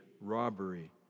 robbery